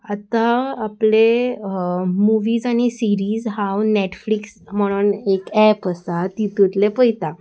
आतां आपले मुवीज आनी सिरीज हांव नॅटफ्लिक्स म्हणून एक एप आसा तितूंतले पयता